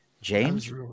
James